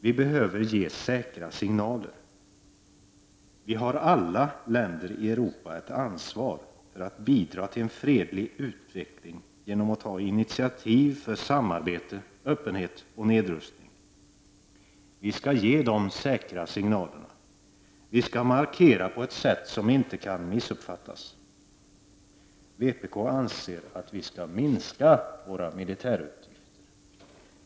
Vi behöver ge säkra signaler. Alla länder i Europa har ett ansvar för att bidra till en fredlig utveckling genom att ta initiativ för samarbete, öppenhet och nedrustning. Vi skall ge de säkra signalerna. Vi skall markera på ett sätt som inte kan missuppfattas. Vpk anser att vi skall minska våra militära utgifter.